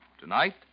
Tonight